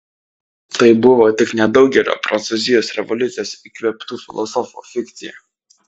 tai buvo tik nedaugelio prancūzijos revoliucijos įkvėptų filosofų fikcija